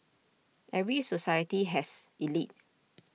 every society has elite